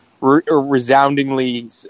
resoundingly